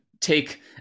take